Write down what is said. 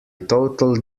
total